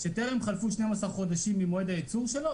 שטרם חלפו 12 חודשים ממועד הייצור שלו,